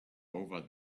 over